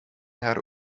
haar